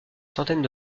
centaines